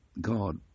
God